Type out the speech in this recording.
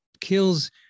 kills